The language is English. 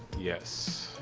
yes